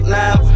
now